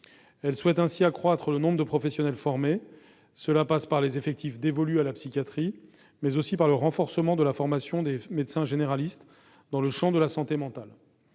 Elle souhaite ainsi accroître le nombre de professionnels formés. Cela passe par les effectifs dévolus à la psychiatrie, mais aussi par le renforcement de la formation des médecins généralistes dans le champ de la santé mentale.